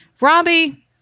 Robbie